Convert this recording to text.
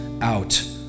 out